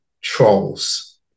Trolls